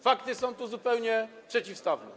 Fakty są tu zupełnie przeciwstawne.